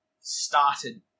started